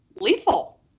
lethal